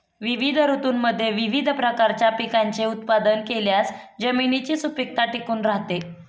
विविध ऋतूंमध्ये विविध प्रकारच्या पिकांचे उत्पादन केल्यास जमिनीची सुपीकता टिकून राहते